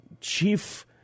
chief